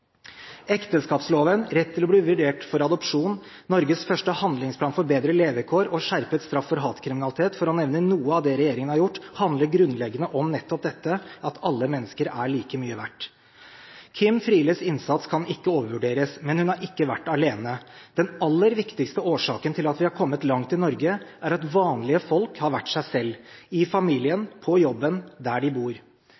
Ekteskapsloven, rett til å bli vurdert ved adopsjon, Norges første handlingsplan for bedre levekår og skjerpet straff for hatkriminalitet, for å nevne noe av det regjeringen har gjort, handler grunnleggende om nettopp dette: At alle mennesker er like mye verdt. Kim Frieles innsats kan ikke overvurderes, men hun har ikke vært alene. Den aller viktigste årsaken til at vi har kommet langt i Norge, er at vanlige folk har vært seg selv. I familien,